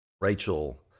Rachel